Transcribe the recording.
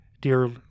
Dear